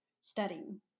studying